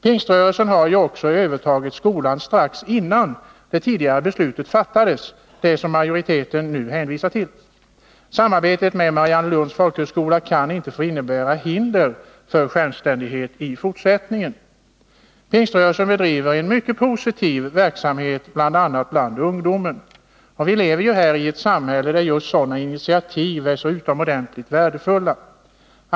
Pingströrelsen hade också övertagit skolan strax innan det tidigare beslutet fattades, det beslut som majoriteten nu hänvisar till. Samarbetet med Mariannelunds folkhögskola kan inte få innebära hinder för självständighet i fortsättningen. Pingströrelsen bedriver en mycket positiv verksamhet bl.a. för ungdom. Vi lever i ett samhälle där just sådana initiativ är så utomordentligt värdefulla.